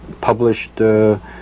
published